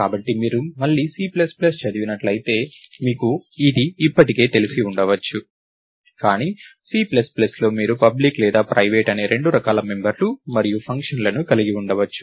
కాబట్టి మీరు మళ్లీ C ప్లస్ ప్లస్ చదివినట్లైతే మీకు ఇది ఇప్పటికే తెలిసి ఉండవచ్చు కానీ C ప్లస్ ప్లస్లో మీరు పబ్లిక్ లేదా ప్రైవేట్ అనే రెండు రకాల మెంబర్లు మరియు ఫంక్షన్లను కలిగి ఉండవచ్చు